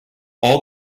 all